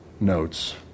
notes